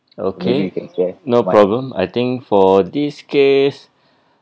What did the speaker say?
okay no problem I think for this case